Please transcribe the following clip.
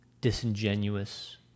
disingenuous